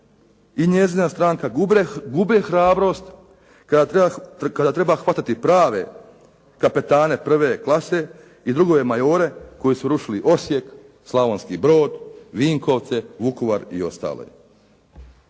i njezina stranka gube hrabrost kada treba hvatati prave kapetane prve klase i drugove majore koji su rušili Osijek, Slavonski Brod, Vinkovce, Vukovar i ostale.